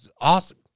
awesome